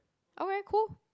okay cool